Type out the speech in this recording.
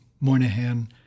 Moynihan